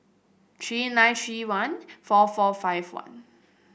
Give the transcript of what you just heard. three nine three one four four five one